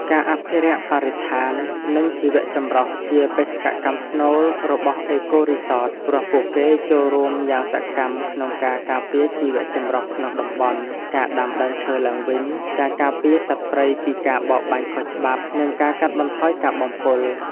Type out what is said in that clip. ការអភិរក្សបរិស្ថាន និងជីវៈចម្រុះជាបេសកកម្មស្នូលរបស់ អេកូរីសត ព្រោះពួកគេចូលរួមយ៉ាងសកម្មក្នុងការការពារជីវៈចម្រុះក្នុងតំបន់ ការដាំដើមឈើឡើងវិញ ការការពារសត្វព្រៃពីការបរបាញ់ខុសច្បាប់ និងការកាត់បន្ថយការបំពុល។